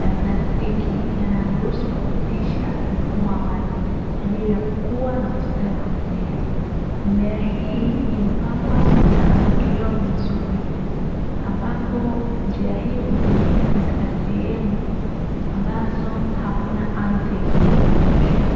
ya plastiki yanayoruhusu kupitisha mfumo wa maji kwa ajili ya kukua na kustawi kwa mimea, mimea hii imepangwa katika mpangilio mzuri ambapo njia hii hutumika katika sehemu ambazo hakuna ardhi ya kutosha.